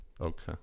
okay